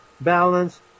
balance